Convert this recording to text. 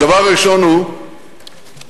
הדבר הראשון הוא שחנכתי,